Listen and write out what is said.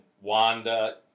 Wanda